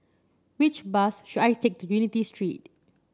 which bus should I take to Unity Street